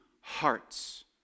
hearts